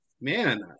man